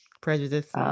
prejudice